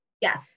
Yes